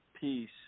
peace